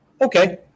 Okay